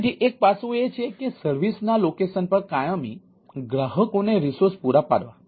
તેથી એક પાસું એ છે કે સર્વિસના લોકેશન પર કાયમી ગ્રાહકોને રિસોર્સ પૂરા પાડવા